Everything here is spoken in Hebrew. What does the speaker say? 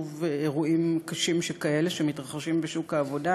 אירועים קשים שכאלה שמתרחשים בשוק העבודה,